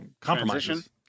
compromises